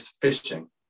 fishing